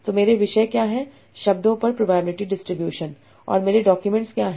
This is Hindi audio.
तो मेरे विषय क्या हैं शब्दों पर प्रोबेबिलिटी डिस्ट्रीब्यूशन और मेरे डॉक्यूमेंट्स क्या हैं